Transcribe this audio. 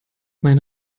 mein